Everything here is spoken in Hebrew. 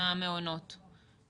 אנחנו במצב קטסטרופלי.